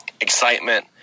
excitement